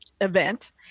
event